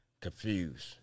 confused